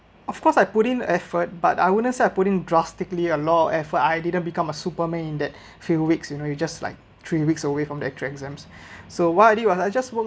of course I put in effort but I wouldn’t say I put in drastically a lot of effort I didn't become a superman in that few weeks you know you just like three weeks away from the actual exams so what I did was I just work